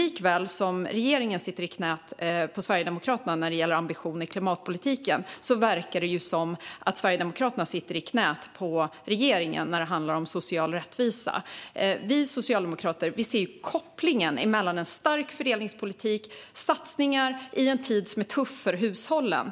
Likaväl som regeringen sitter i knät på Sverigedemokraterna när det gäller ambitioner i klimatpolitiken verkar det som att Sverigedemokraterna sitter i knät på regeringen när det handlar om social rättvisa. Vi socialdemokrater ser kopplingen mellan klimatpolitiken och en stark fördelningspolitik med satsningar i en tid som är tuff för hushållen.